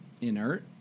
inert